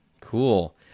cool